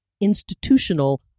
institutional